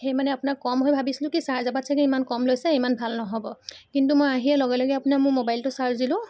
সেই মানে আপোনাৰ কম হয় ভাবিছিলোঁ কি চাৰ্জাৰপাত ছাগৈ ইমান কম লৈছে ইমান ভাল নহ'ব কিন্তু মই আহিয়ে লগে লগে আপোনাৰ মোৰ মোবাইলটো চাৰ্জ দিলোঁ